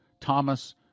Thomas